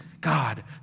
God